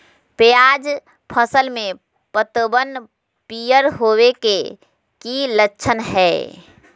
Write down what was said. प्याज फसल में पतबन पियर होवे के की लक्षण हय?